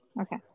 Okay